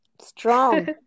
Strong